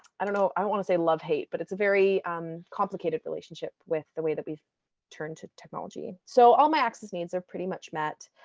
i don't know, i wanna say love hate, but it's a very um complicated relationship with the way that we've turned to technology. so all my access needs are pretty much met.